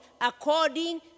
according